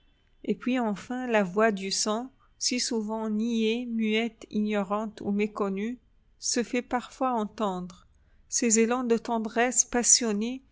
et puis enfin la voix du sang si souvent niée muette ignorante ou méconnue se fait parfois entendre ces élans de tendresse passionnée